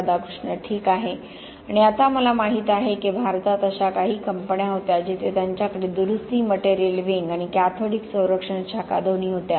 राधाकृष्ण ठीक आहे आणि आता मला माहित आहे की भारतात अशा काही कंपन्या होत्या जिथे त्यांच्याकडे दुरुस्ती मटेरियल विंग आणि कॅथोडिक संरक्षण शाखा दोन्ही होत्या